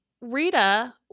Rita